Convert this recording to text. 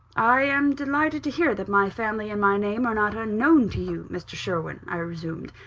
i am delighted to hear that my family and my name are not unknown to you, mr. sherwin, i resumed.